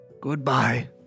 Goodbye